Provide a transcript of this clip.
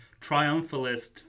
triumphalist